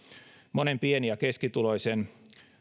monen pieni ja keskituloisen